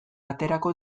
aterako